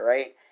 Right